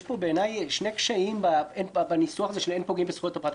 בעיניי יש שני קשיים בניסוח של "אין פוגעים בזכויות הפרט".